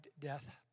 death